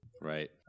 Right